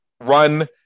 run